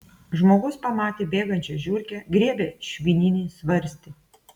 žmogus pamatė bėgančią žiurkę griebia švininį svarstį